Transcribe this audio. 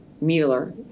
Mueller